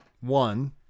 one